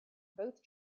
both